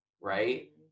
right